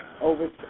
over